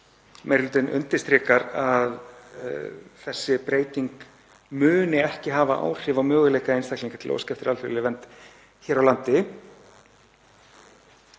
meiri hlutinn undirstrikar að þessi breyting muni ekki hafa áhrif á möguleika einstaklinga til að óska eftir alþjóðlegri vernd hér á landi.